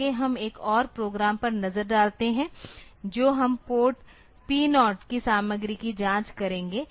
आगे हम एक और प्रोग्राम पर नज़र डालते हैं जो हम पोर्ट P0 की सामग्री की जाँच करेंगे